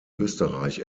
österreich